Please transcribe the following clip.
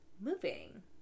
moving